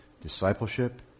Discipleship